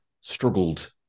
struggled